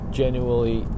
genuinely